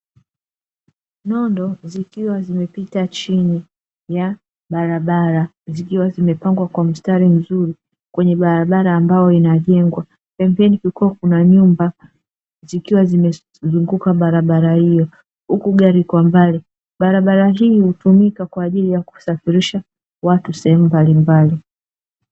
Nondo zikiwa zimepita chini ya barabara zikiwa zimepangwa kwa mstari mzuri kwenye barabara ambayo inajengwa. Pembeni kukiwa kuna nyumba zikiwa zimezunguka barabara hiyo huku gari kwa mbal. Barabara hii hutumika wa ajili ya kusafirisha watu sehemu mbalimbali.